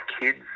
kids